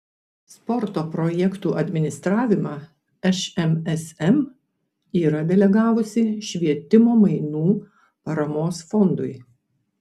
sporto projektų administravimą šmsm yra delegavusi švietimo mainų paramos fondui